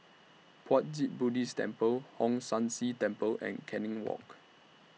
Puat Jit Buddhist Temple Hong San See Temple and Canning Walk